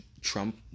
Trump